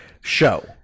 show